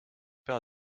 pea